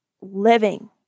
living